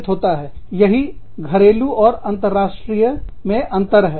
यही घरेलू और अंतरराष्ट्रीय में अंतर है